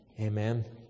Amen